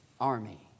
army